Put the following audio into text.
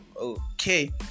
Okay